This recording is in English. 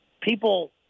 people